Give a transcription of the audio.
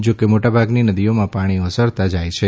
જાકે મોટાભાગની નદીઓમાં પાણી ઓસરતા જાય છે